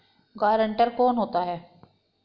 Guarantor कौन होता है?